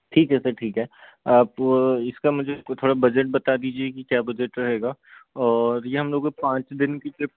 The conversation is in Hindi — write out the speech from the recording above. ठीक है सर ठीक है आप इसका मुझे थोड़ा बजट बता दीजिए कि क्या बजट रहेगा और ये हम लोगों को पांच दिन की ट्रिप